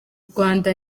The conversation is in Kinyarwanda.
rwanda